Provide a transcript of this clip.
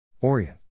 Orient